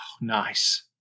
Nice